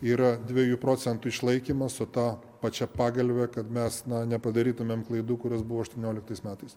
yra dviejų procentų išlaikymas o tą pačią pagalvę kad mes nepadarytumėm klaidų kurios buvo aštuonioliktais metais